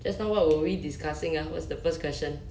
just now what were we discussing ah what's the first question